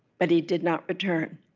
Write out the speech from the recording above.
but he did not return.